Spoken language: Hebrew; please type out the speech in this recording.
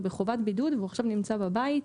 אדם שהוא בחובת בידוד והוא עכשיו נמצא בבית,